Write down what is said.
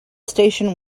station